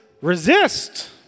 resist